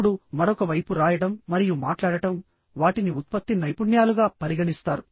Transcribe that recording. ఇప్పుడు మరొక వైపు రాయడం మరియు మాట్లాడటం వాటిని ఉత్పత్తి నైపుణ్యాలుగా పరిగణిస్తారు